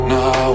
now